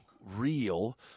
real